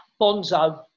Bonzo